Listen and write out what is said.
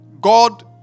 God